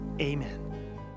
Amen